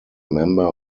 member